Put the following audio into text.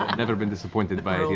never been disappointed by